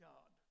God